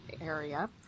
area